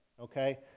okay